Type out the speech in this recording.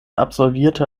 absolvierte